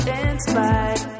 inspired